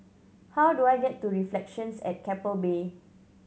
how do I get to Reflections at Keppel Bay